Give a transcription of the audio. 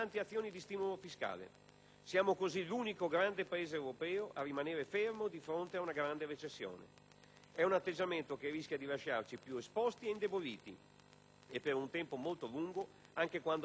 siamo così l'unico grande Paese europeo a rimanere fermo di fronte a una grande recessione. È un atteggiamento che rischia di lasciarci più esposti e indeboliti, e per un tempo molto lungo, anche quando la tempesta si sarà calmata.